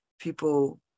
People